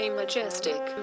majestic